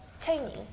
Tony